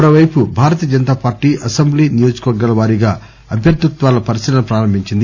మరోవైపు భారతీయ జనతాపార్టీ అసెంబ్లీ నియోజకవర్గాల వారీగా అభ్వర్ధిత్వాల పరిశీలన ప్రారంభించింది